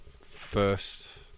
first